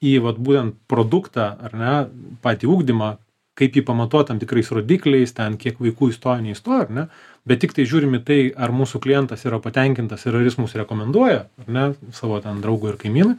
į vat būtent produktą ar ne patį ugdymą kaip jį pamatuot tikrais rodikliais ten kiek vaikų įstoja neįstoja ar ne bet tiktai žiūrim į tai ar mūsų klientas yra patenkintas ir ar jis mus rekomenduoja ar ne savo ten draugui ir kaimynui